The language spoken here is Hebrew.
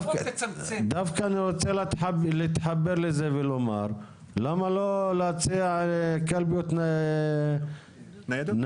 דווקא אני רוצה להתחבר לזה ולומר למה לא להציע קלפיות ניידות?